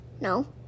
No